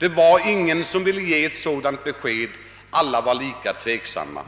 än den andra. Alla var lika tveksamma.